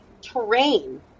terrain